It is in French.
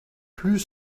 plus